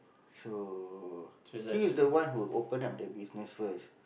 so he is the one who open up the business first